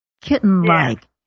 kitten-like